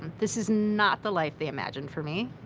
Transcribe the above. and this is not the life they imagined for me,